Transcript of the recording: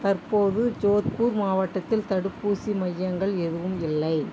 தற்போது ஜோத்பூர்மாவட்டத்தில் தடுப்பூசி மையங்கள் எதுவும் இல்லை